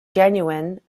genuine